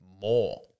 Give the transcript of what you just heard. more